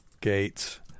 Gates